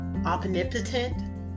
Omnipotent